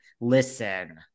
Listen